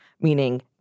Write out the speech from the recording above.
meaning